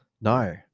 No